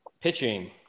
Pitching